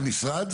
את מהמשרד?